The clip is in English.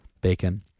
bacon